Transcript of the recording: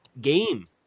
game